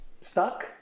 Stuck